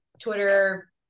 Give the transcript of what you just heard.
Twitter